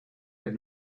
had